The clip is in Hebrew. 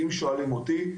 אם שואלים אותי,